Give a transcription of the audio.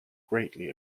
greatly